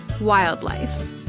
Wildlife